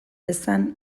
dezan